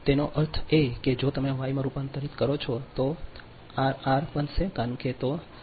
તેથી તેનો અર્થ એ કે જો તમે વાય માં રૂપાંતરિત કરો છો તો તે આર આરઆર બનશે કારણ કે જો તે